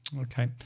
Okay